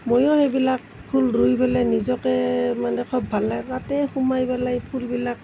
মইও সেইবিলাক ফুল ৰুই পেলাই নিজকে মানে খুব ভাল লাগে তাতে সোমাই পেলাই ফুলবিলাক